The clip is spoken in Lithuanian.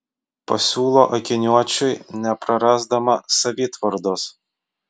pasiūlo akiniuočiui neprarasdama savitvardos